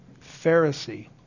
Pharisee